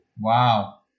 Wow